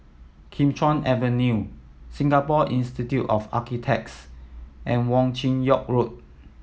Kim Chuan Avenue Singapore Institute of Architects and Wong Chin Yoke Road